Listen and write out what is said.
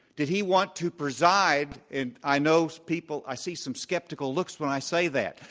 did he want to preside and i know people i see some skeptical looks when i say that.